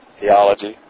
theology